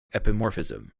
epimorphism